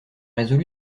résolu